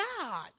God